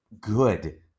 good